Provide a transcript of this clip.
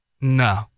No